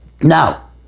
now